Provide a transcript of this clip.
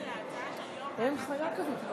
אין חיה כזאת.